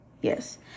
Yes